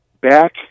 Back